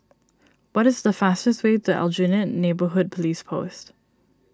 what is the fastest way to Aljunied Neighbourhood Police Post